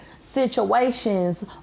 situations